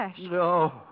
No